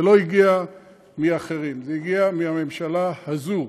זה לא הגיע מאחרים, זה הגיע מהממשלה הזאת.